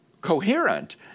coherent